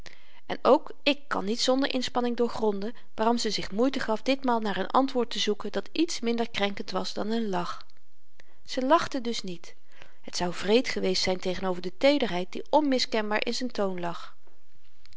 en ook ik kan niet zonder inspanning doorgronden waarom ze zich moeite gaf ditmaal naar n antwoord te zoeken dat iets minder krenkend was dan n lach ze lachte dus niet het zou wreed geweest zyn tegenover de teederheid die onmiskenbaar in z'n toon lag